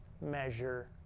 measure